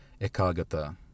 ekagata